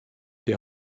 des